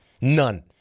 none